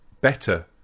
better